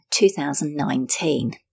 2019